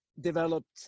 developed